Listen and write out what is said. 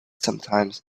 sometimes